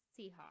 Seahawks